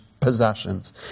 possessions